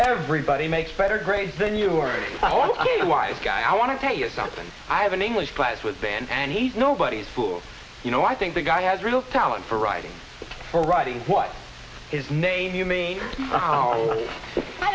everybody makes better grades than you or all of a wise guy i want to tell you something i have an english class with band and he's nobody's fool you know i think the guy has real talent for writing or writing what is name you mean